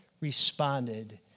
responded